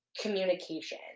communication